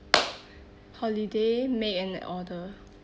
holiday make an order